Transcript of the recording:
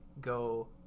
go